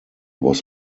was